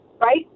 right